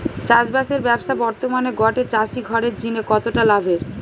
চাষবাসের ব্যাবসা বর্তমানে গটে চাষি ঘরের জিনে কতটা লাভের?